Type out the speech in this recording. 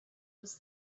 was